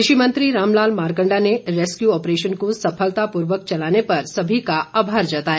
कृषिमंत्री रामलाल मारकंडा ने rescue operation को सफलतापूर्वक चलाने पर सभी का आभार जताया